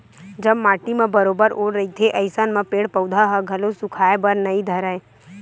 जब माटी म बरोबर ओल रहिथे अइसन म पेड़ पउधा ह घलो सुखाय बर नइ धरय